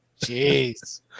Jeez